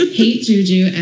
hatejuju